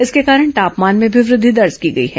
इसके कारण तापमान में भी वृद्धि दर्ज की गई है